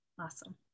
Awesome